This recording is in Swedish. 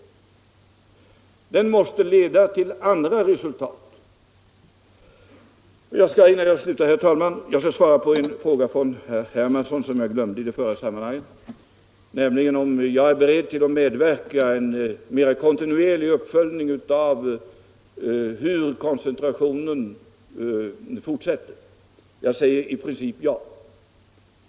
Den måste leda till andra resultat. Jag skall sedan svara på en fråga av herr Hermansson som jag glömde i den tidigare debatten, nämligen huruvida jag är beredd att medverka till en mera kontinuerlig uppföljning av hur koncentrationen fortsätter. Jag svarar i princip ja.